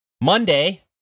Monday